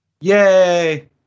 Yay